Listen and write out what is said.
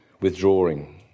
withdrawing